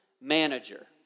manager